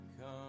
come